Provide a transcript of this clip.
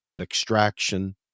extraction